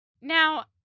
Now